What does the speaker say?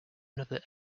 another